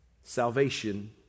Salvation